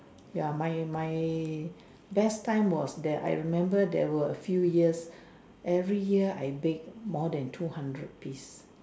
ya my my best time was that I remember there were a few years every year I bake more than two hundred piece